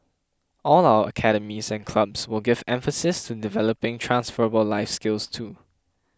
all our academies and clubs will give emphases to developing transferable life skills too